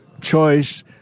choice